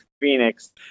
Phoenix